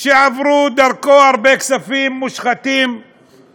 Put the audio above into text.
שעברו דרכו הרבה כספים מושחתים,